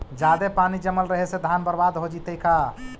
जादे पानी जमल रहे से धान बर्बाद हो जितै का?